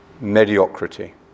mediocrity